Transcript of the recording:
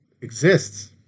exists